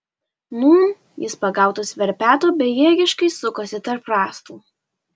nūn jis pagautas verpeto bejėgiškai sukosi tarp rąstų